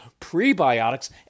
prebiotics